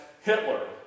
Hitler